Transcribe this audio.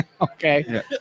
Okay